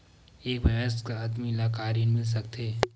एक वयस्क आदमी ल का ऋण मिल सकथे?